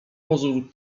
pozór